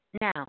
now